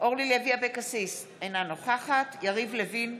אורלי לוי אבקסיס, אינה נוכחת יריב לוין,